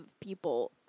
people